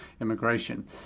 immigration